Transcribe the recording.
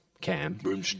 Cam